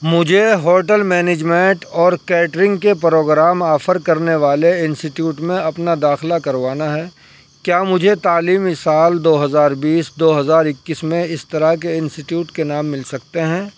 مجھے hotel management اور catering کے پروگرام آفر کرنے والے انسیٹیوٹ میں اپنا داخلہ کروانا ہے کیا مجھے تعلیمی سال دو ہزار بیس دو ہزار اکیس میں اس طرح کے انسیٹیوٹ کے نام مل سکتے ہیں